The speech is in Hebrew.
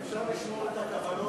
אפשר לשמור את הקבלות מלפני